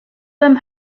them